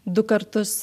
du kartus